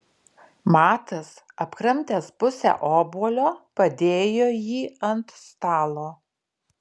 matas apkramtęs pusę obuolio padėjo jį ant stalo